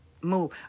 Move